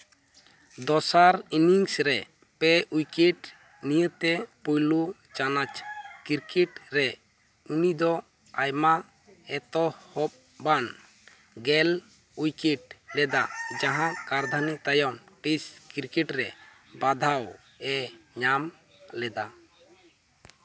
ᱫᱚᱥᱟᱨ ᱤᱱᱤᱝᱥ ᱨᱮ ᱯᱮ ᱩᱭᱠᱮᱴ ᱱᱤᱭᱮᱛᱮ ᱯᱳᱭᱞᱳ ᱪᱟᱱᱟᱪ ᱠᱨᱤᱠᱮᱴ ᱨᱮ ᱩᱱᱤᱫᱚ ᱟᱭᱢᱟ ᱮᱛᱚᱦᱚᱵᱟᱱ ᱜᱮᱞ ᱩᱭᱠᱮᱴ ᱞᱮᱫᱟ ᱡᱟᱦᱟᱸ ᱠᱟᱨᱫᱷᱟᱹᱱᱤ ᱛᱟᱭᱚᱢ ᱴᱮᱥᱴ ᱠᱨᱤᱠᱮᱴ ᱨᱮ ᱵᱟᱫᱷᱟᱣ ᱮ ᱧᱟᱢ ᱞᱮᱫᱟ